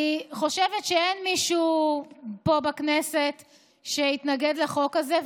אני חושבת שאין מישהו פה בכנסת שיתנגד לחוק הזה,